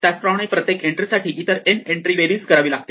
त्याचप्रमाणे प्रत्येक एन्ट्रीसाठी इतर n एन्ट्री बेरीज करावी लागते